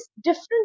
different